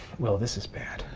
will, this is bad.